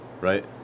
right